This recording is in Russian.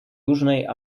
южной